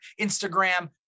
instagram